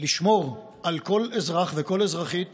לשמור על כל אזרח וכל אזרחית